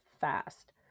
fast